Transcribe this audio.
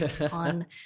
on